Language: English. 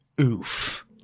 oof